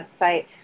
website